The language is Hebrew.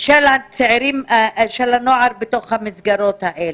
של הנוער בתוך המסגרות האלה.